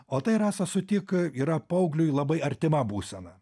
o tai rasa sutik yra paaugliui labai artima būsena